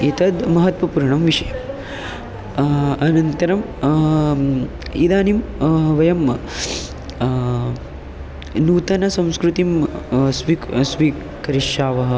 एतद् महत्त्वपूर्णं विषयम् अनन्तरम् इदानीं वयं नूतनसंस्कृतिं स्वीक् स्वीकरिष्यावः